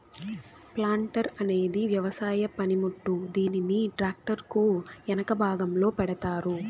planter అనేది వ్యవసాయ పనిముట్టు, దీనిని ట్రాక్టర్ కు ఎనక భాగంలో పెడతారు